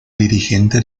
dirigente